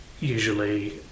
usually